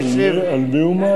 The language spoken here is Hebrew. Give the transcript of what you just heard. על מי הוא מאיים?